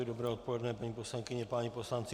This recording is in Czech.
Dobré odpoledne, paní poslankyně, páni poslanci.